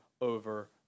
over